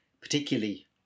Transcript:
particularly